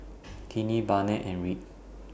Tiney Barnett and Rick